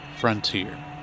Frontier